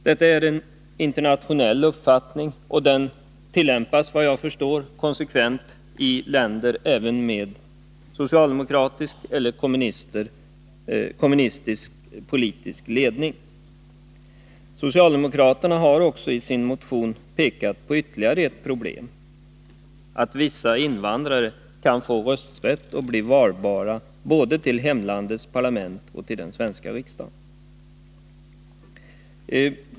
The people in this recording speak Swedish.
Detta är en internationell uppfattning och den tillämpas, såvitt jag förstår, konsekvent även i länder med socialdemokratisk eller kommunistisk politisk ledning. Socialdemokraterna har också i sin motion pekat på ytterligare problem, nämligen ”att vissa invandrare kan få rösträtt och bli valbara både till hemlandets parlament och till den svenska riksdagen”.